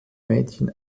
mädchen